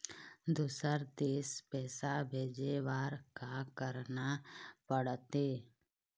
दुसर देश पैसा भेजे बार का करना पड़ते?